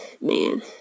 man